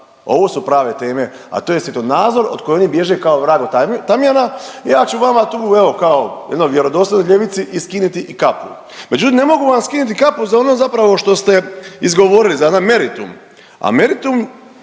Ovo su prave teme, a to je svjetonazor od koje oni bježe kao vrag od tamjana. Ja ću vama tu evo kao jednoj vjerodostojnoj ljevici i skiniti i kapu, međutim ne mogu vam skiniti kapu za ono zapravo što ste izgovorili za onaj meritum,